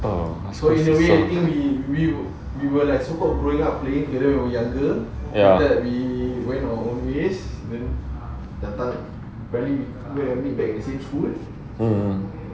oh ya mmhmm